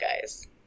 guys